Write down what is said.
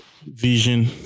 vision